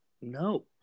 No